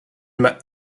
m’as